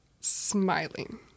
smiling